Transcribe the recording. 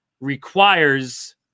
requires